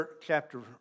chapter